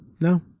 No